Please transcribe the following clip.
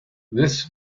this